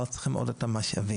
אבל צריכים עוד משאבים.